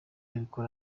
abikora